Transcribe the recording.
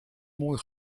mooi